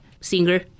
singer